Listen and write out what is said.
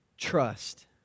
Trust